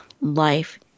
life